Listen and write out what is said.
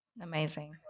amazing